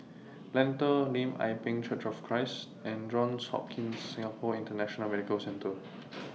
Lentor Lim Ah Pin Church of Christ and Johns Hopkins Singapore International Medical Centre